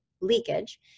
leakage